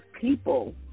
people